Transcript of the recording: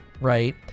right